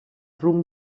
rumb